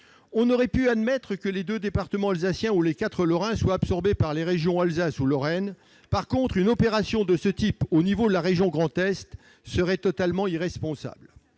On aurait pu admettre que les deux départements alsaciens ou les quatre départements lorrains soient absorbés par les régions d'Alsace ou de Lorraine. En revanche, une opération de ce type à l'échelle de la région Grand Est serait totalement irresponsable.